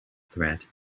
threat